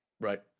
Right